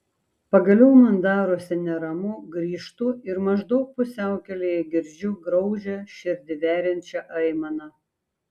pagaliau man darosi neramu grįžtu ir maždaug pusiaukelėje girdžiu graudžią širdį veriančią aimaną